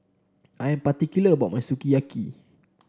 I am particular about my Sukiyaki